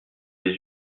des